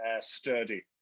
sturdy